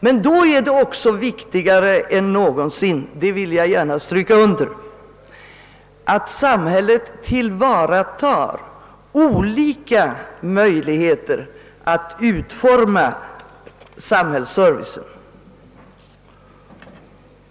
Jag vill också gärna understryka att det är viktigare än någonsin att samhället tillvaratar olika möjligheter att utforma denna service.